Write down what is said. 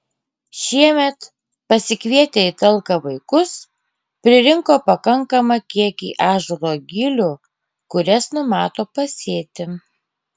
šiemet pasikvietę į talką vaikus pririnko pakankamą kiekį ąžuolo gilių kurias numato pasėti